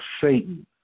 Satan